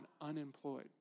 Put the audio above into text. unemployed